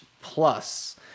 plus